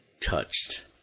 touched